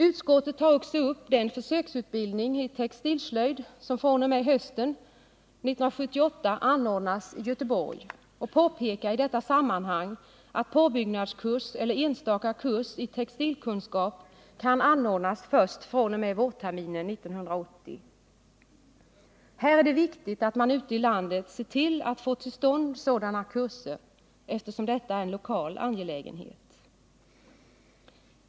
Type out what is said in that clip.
Utskottet tar också upp den försöksutbildning i textilslöjd som fr.o.m. hösten 1978 anordnas i Göteborg och påpekar i detta sammanhang att påbyggnadskurs eller enstaka kurs i textilkunskap anordnas först fr.o.m. vårterminen 1980. Här är det viktigt att man ute i landet ser till att få till stånd sådana kurser. Detta är ju en lokal angelägenhet.